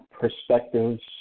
perspectives